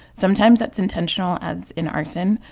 sometimes that's intentional, as in arson,